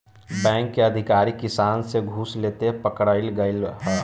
bank के अधिकारी किसान से घूस लेते पकड़ल गइल ह